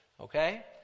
Okay